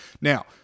Now